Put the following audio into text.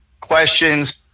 questions